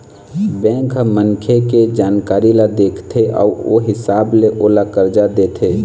bank ह मनखे के जानकारी ल देखथे अउ ओ हिसाब ले ओला करजा देथे